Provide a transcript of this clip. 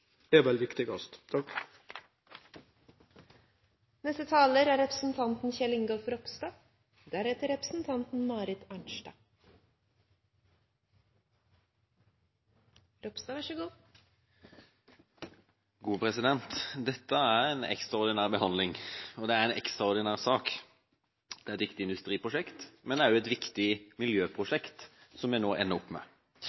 er vel viktigast. Dette er en ekstraordinær behandling, og det er en ekstraordinær sak. Det er et viktig industriprosjekt, men det er også et viktig